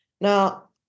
Now